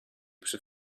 przy